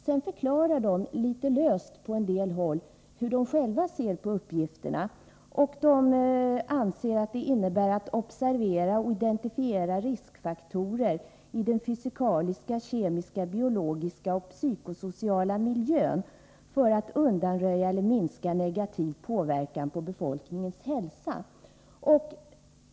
Sedan förklarar en del av dem litet löst hur de själva ser på uppgifterna. De anser att det innebär att observera och identifiera riskfaktorer i den fysikaliska, kemiska, biologiska och psykosociala miljön för att undanröja eller minska negativ påverkan på befolkningens hälsa.